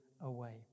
away